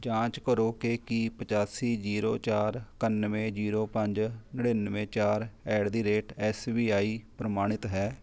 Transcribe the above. ਜਾਂਚ ਕਰੋ ਕਿ ਕੀ ਪਚਾਸੀ ਜ਼ੀਰੋ ਚਾਰ ਇਕਾਨਵੇਂ ਜ਼ੀਰੋ ਪੰਜ ਨੜਿਨਵੇਂ ਚਾਰ at the rate S B I ਪ੍ਰਮਾਣਿਤ ਹੈ